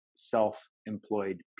self-employed